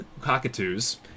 cockatoos